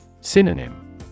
Synonym